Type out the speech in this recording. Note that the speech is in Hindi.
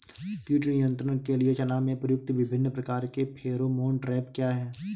कीट नियंत्रण के लिए चना में प्रयुक्त विभिन्न प्रकार के फेरोमोन ट्रैप क्या है?